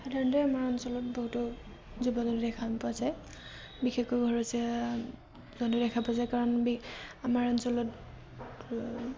সাধাৰণতে আমাৰ অঞ্চলত বহুতো জীৱ জন্তু দেখা পোৱা যায় বিশেষকৈ ঘৰচীয়া জন্তু দেখা পোৱা যায় কাৰণ আমাৰ অঞ্চলত